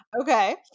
Okay